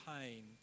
pain